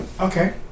Okay